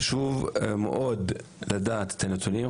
חשוב מאוד לדעת את הנתונים,